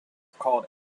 called